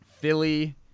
Philly